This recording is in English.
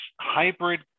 hybrid